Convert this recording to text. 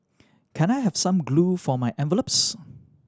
can I have some glue for my envelopes